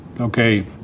okay